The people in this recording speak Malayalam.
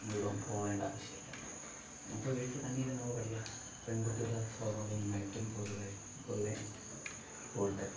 ഒരു ഇടവും പോവേണ്ട ആവശ്യമില്ല അപ്പോൾ വീട്ടിൽ തന്നെ ഇരുന്ന് നമുക്ക് പഠിക്കാം പെൺകുട്ടികൾക്ക് സ്വാഭാവികമായിട്ടും പൊതുവേ പൊതുവേ കൂടുതൽ